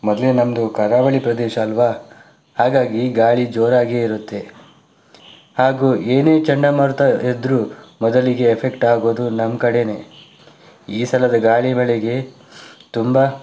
ಮೊದಲೇ ನಮ್ಮದು ಕರಾವಳಿ ಪ್ರದೇಶ ಅಲ್ವಾ ಹಾಗಾಗಿ ಗಾಳಿ ಜೋರಾಗಿಯೇ ಇರುತ್ತೆ ಹಾಗೂ ಏನೇ ಚಂಡಮಾರುತ ಇದ್ದರೂ ಮೊದಲಿಗೆ ಎಫೆಕ್ಟ್ ಆಗೋದು ನಮ್ಮ ಕಡೆಯೇ ಈ ಸಲದ ಗಾಳಿ ಮಳೆಗೆ ತುಂಬ